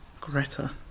Greta